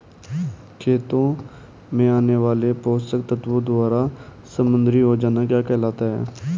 खेतों में आने वाले पोषक तत्वों द्वारा समृद्धि हो जाना क्या कहलाता है?